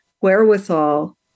wherewithal